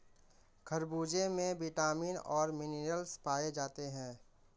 खरबूजे में विटामिन और मिनरल्स पाए जाते हैं